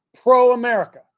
pro-America